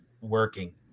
working